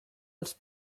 els